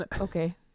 Okay